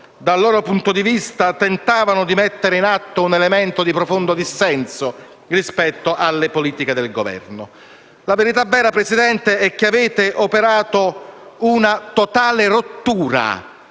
dal loro punto di vista tentavano di mettere in atto un elemento di profondo dissenso rispetto alle politiche del Governo. La verità è, Presidente, che avete operato una totale rottura